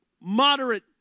moderate